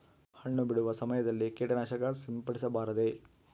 ಹಣ್ಣು ಬಿಡುವ ಸಮಯದಲ್ಲಿ ಕೇಟನಾಶಕ ಸಿಂಪಡಿಸಬಾರದೆ?